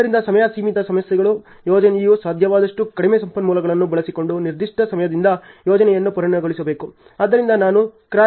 ಆದ್ದರಿಂದ ಸಮಯ ಸೀಮಿತ ಸಮಸ್ಯೆಗಳಲ್ಲಿ ಯೋಜನೆಯು ಸಾಧ್ಯವಾದಷ್ಟು ಕಡಿಮೆ ಸಂಪನ್ಮೂಲಗಳನ್ನು ಬಳಸಿಕೊಂಡು ನಿರ್ದಿಷ್ಟ ಸಮಯದಿಂದ ಯೋಜನೆಯನ್ನು ಪೂರ್ಣಗೊಳಿಸಬೇಕು